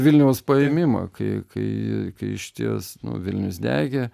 vilniaus paėmimą kai kai kai išties nu vilnius degė